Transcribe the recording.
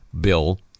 bill